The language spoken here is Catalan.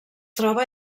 troba